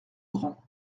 grand